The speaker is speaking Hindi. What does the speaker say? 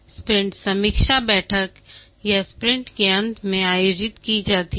स्प्रिंट समीक्षा बैठक यह स्प्रिंट के अंत में आयोजित की जाती है